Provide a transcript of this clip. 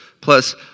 plus